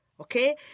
Okay